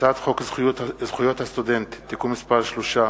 הצעת חוק זכויות הסטודנט (תיקון מס' 3),